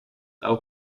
auch